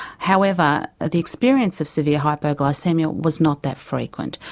however the experience of severe hypoglycaemia was not that frequent,